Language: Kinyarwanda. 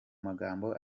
magambo